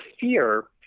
fear